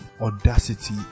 Audacity